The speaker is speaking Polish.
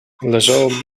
leżało